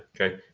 Okay